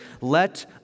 let